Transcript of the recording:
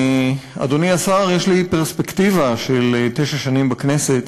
אדוני השר, יש לי פרספקטיבה של תשע שנים בכנסת,